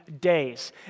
days